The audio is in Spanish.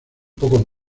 poco